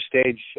stage